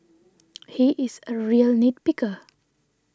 he is a real nit picker